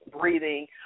breathing